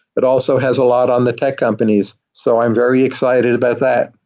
but also has a lot on the tech companies. so i'm very excited about that.